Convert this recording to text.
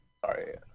Sorry